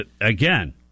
again